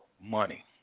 money